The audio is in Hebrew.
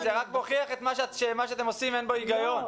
זה רק מוכיח שמה שאתם עושים, אין בו היגיון.